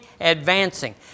advancing